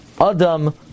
Adam